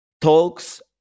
Talks